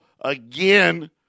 again